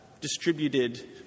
distributed